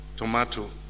tomato